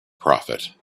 prophet